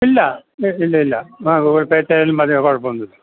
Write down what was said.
ഇല്ല ഇല്ല ഇല്ല ആ ഗൂഗിൾ പേ ചെയ്താലും മതി കുഴപ്പമൊന്നുമില്ല